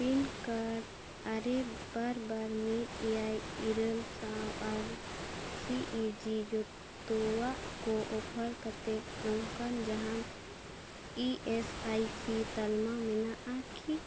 pin code ᱟᱨᱮ ᱵᱟᱨ ᱵᱟᱨ ᱢᱤᱫ ᱮᱭᱟᱭ ᱤᱨᱟᱹᱞ ᱥᱟᱶ ᱟᱨ ᱥᱤ ᱤ ᱡᱤ ᱡᱷᱚᱛᱚᱱᱟᱜ ᱠᱚ ᱚᱯᱷᱟᱨ ᱠᱟᱛᱮᱫ ᱱᱚᱝᱠᱟᱱ ᱡᱟᱦᱟᱱ ᱤ ᱮᱥ ᱟᱭ ᱥᱤ ᱛᱟᱞᱢᱟ ᱢᱮᱱᱟᱜ ᱟᱠᱤ